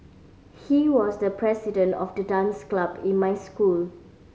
he was the president of the dance club in my school